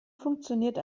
funktioniert